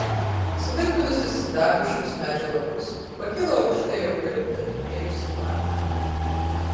suvirpinusi sidabriškus medžio lapus pakilo aukštai eukalipte tupėjusi varna